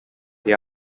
they